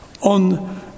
on